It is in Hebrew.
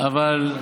תיקון מס'